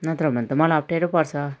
नत्र भने त मलाई अप्ठ्यारो पर्छ